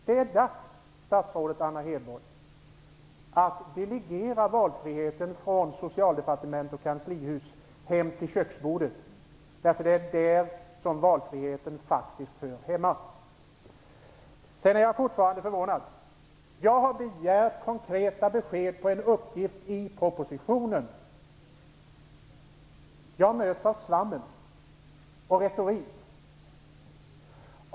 Det är dags, statsrådet Anna Hedborg, att delegera valfriheten från Socialdepartmentet och kanslihuset hem till köksbordet. Det är faktiskt där valfriheten hör hemma. Sedan är jag fortfarande förvånad. Jag har begärt konkreta besked om en uppgift i propositionen. Jag möts av svammel och retorik.